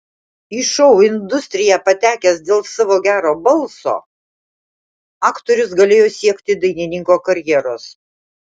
į šou industriją patekęs dėl savo gero balso aktorius galėjo siekti dainininko karjeros